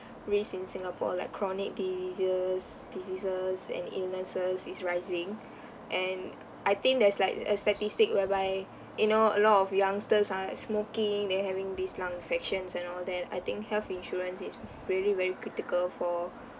risk in singapore like chronic diseases diseases and illnesses is rising and I think there's like a statistic whereby you know a lot of youngsters are like smoking then having this lung infections and all that I think health insurance is really very critical for